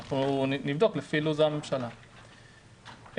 אנחנו נבדוק לפי לוח הזמנים של הממשלה.